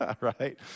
right